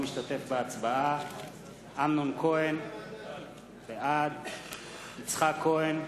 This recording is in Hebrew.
משתתף בהצבעה אמנון כהן, בעד יצחק כהן,